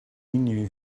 knew